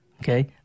Okay